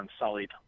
Unsullied